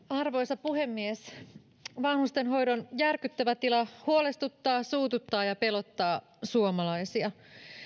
arvoisa puhemies vanhustenhoidon järkyttävä tila huolestuttaa suututtaa ja pelottaa suomalaisia